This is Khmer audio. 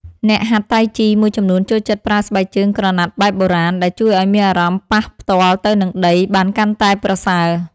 អ្នកហាត់តៃជីមួយចំនួនចូលចិត្តប្រើស្បែកជើងក្រណាត់បែបបុរាណ ដែលជួយឱ្យមានអារម្មណ៍ប៉ះផ្ទាល់ទៅនឹងដីបានកាន់តែប្រសើរ។